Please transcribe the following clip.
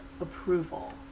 approval